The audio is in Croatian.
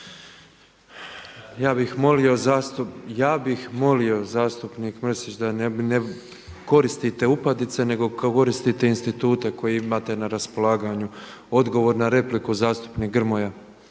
Ja bih molio zastupnik Mrsić da ne koristite upadice nego koristite institute koje imate na raspolaganju. Odgovor na repliku zastupnik Grmoja.